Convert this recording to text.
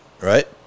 right